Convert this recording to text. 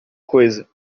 coisa